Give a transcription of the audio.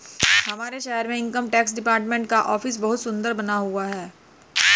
हमारे शहर में इनकम टैक्स डिपार्टमेंट का ऑफिस बहुत सुन्दर बना हुआ है